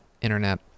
internet